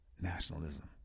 nationalism